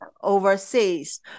overseas